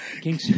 King